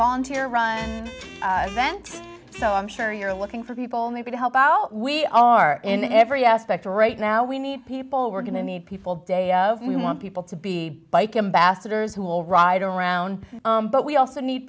volunteer run vent so i'm sure you're looking for people maybe to help out we are in every aspect right now we need people we're going to need people day of we want people to be bike ambassadors who will ride around but we also need